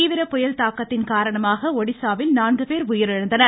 தீவிர புயல் தாக்கத்தின் காரணமாக ஒடிசாவில் நான்கு பேர் உயிரிழந்தனர்